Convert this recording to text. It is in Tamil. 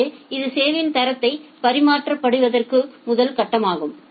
எனவே இது சேவையின் தரத்தை பராமரிப்பதற்கான முதல் கட்டமாகும்